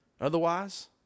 Otherwise